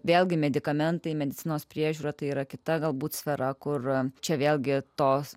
vėlgi medikamentai medicinos priežiūra tai yra kita galbūt sfera kur čia vėlgi tos